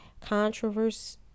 controversy